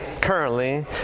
currently